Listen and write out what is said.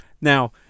Now